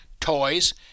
toys